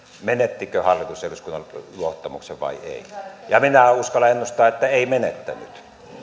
menettikö hallitus eduskunnan luottamuksen vai ei ja minä uskallan ennustaa että ei menettänyt